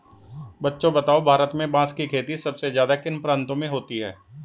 बच्चों बताओ भारत में बांस की खेती सबसे ज्यादा किन प्रांतों में होती है?